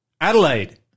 Adelaide